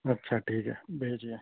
اچھا ٹھیک ہے بھیجئے